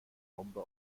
bombe